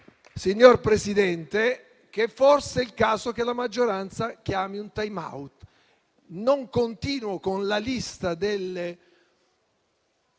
signor Presidente, che forse sia il caso che la maggioranza chiami un *timeout.* Non continuo con la lista delle